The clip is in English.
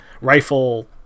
rifle